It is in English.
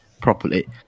properly